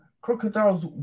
crocodiles